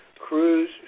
cruise